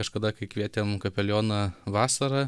kažkada kai kvietėm kapelioną vasarą